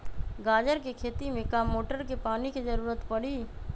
गाजर के खेती में का मोटर के पानी के ज़रूरत परी?